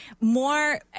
more